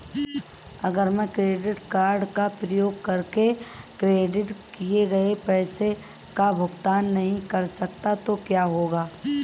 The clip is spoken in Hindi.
अगर मैं क्रेडिट कार्ड का उपयोग करके क्रेडिट किए गए पैसे का भुगतान नहीं कर सकता तो क्या होगा?